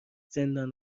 زندان